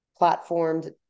platformed